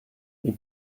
you